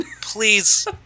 please